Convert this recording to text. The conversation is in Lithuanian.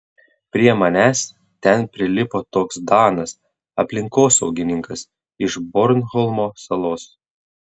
prie manęs ten prilipo toks danas aplinkosaugininkas iš bornholmo salos